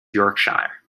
yorkshire